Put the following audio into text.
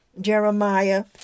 Jeremiah